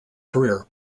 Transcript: career